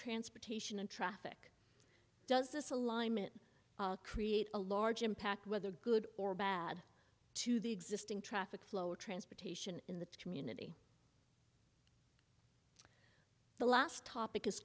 transportation and traffic does this alignment create a large impact whether good or bad to the existing traffic flow or transportation in the community the last topic is